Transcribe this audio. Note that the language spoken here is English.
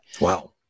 Wow